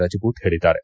ರಜಮೂತ್ ಹೇಳಿದ್ದಾರೆ